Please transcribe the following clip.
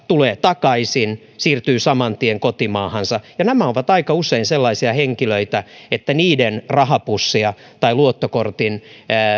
tulee takaisin siirtyy saman tien kotimaahansa nämä ovat aika usein sellaisia henkilöitä että heidän rahapussejaan tai luottokortin